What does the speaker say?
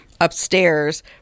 upstairs